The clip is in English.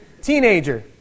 teenager